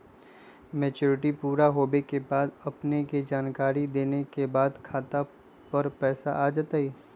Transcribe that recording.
Maturity पुरा होवे के बाद अपने के जानकारी देने के बाद खाता पर पैसा आ जतई?